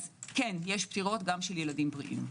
אז יש פטירות גם של ילדים בריאים.